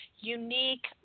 unique